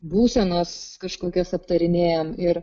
būsenas kažkokias aptarinėjom ir